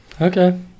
Okay